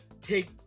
take